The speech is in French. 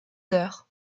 heures